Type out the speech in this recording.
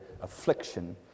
affliction